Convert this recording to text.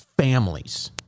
families